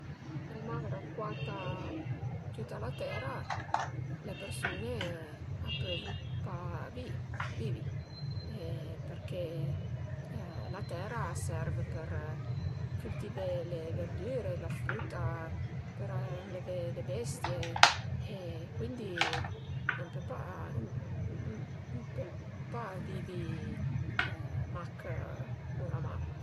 Së la mar a cuata tüta la tera, le persun-e a pövu pa vi-i vivi e perché la tera a serv për cültivé le verdüre, la früta, për enlevé le bestie e cuindi ën pö pa, ën pöl pa vivi mach cun la mar